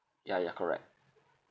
ya ya correct